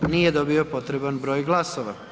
Nije dobio potreban broj glasova.